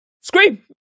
scream